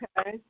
Okay